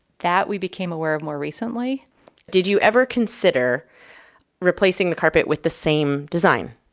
that we became aware of more recently did you ever consider replacing the carpet with the same design?